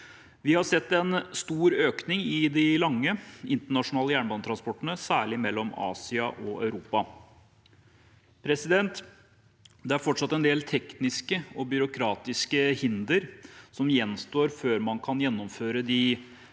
Vi har sett en stor økning av de lange, internasjonale jernbanetransportene, særlig mellom Asia og Europa. Det er fortsatt en del tekniske og byråkratiske hindre som gjenstår før man kan gjennomføre